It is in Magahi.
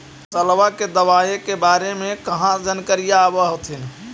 फसलबा के दबायें के बारे मे कहा जानकारीया आब होतीन?